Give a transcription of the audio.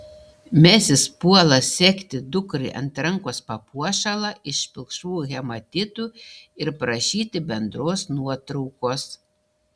mesis puola segti dukrai ant rankos papuošalą iš pilkšvų hematitų ir prašyti bendros nuotraukos